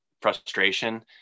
frustration